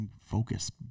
focus